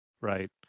Right